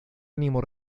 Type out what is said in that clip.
ánimo